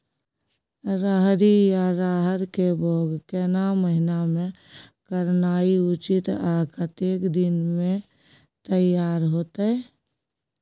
रहरि या रहर के बौग केना महीना में करनाई उचित आ कतेक दिन में तैयार होतय?